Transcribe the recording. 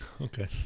Okay